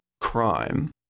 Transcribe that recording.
crime